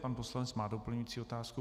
Pan poslanec má doplňující otázku.